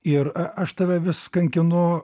ir aš tave vis kankinu